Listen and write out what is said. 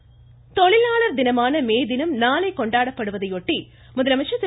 மே தினம் தொழிலாளர் தினமான மே தினம் நாளை கொண்டாடப்படுவதையொட்டி முதலமைச்சர் திரு